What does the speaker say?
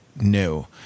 new